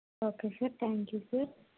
okay sir thank you sir